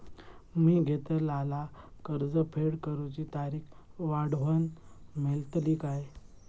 मी घेतलाला कर्ज फेड करूची तारिक वाढवन मेलतली काय?